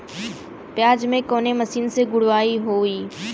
प्याज में कवने मशीन से गुड़ाई होई?